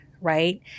Right